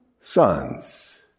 sons